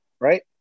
right